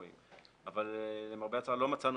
אבל למרבה הצער לא מצאנו